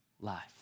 life